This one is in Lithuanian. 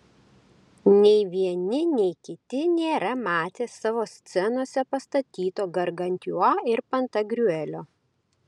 nei vieni nei kiti nėra matę savo scenose pastatyto gargantiua ir pantagriuelio